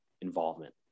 involvement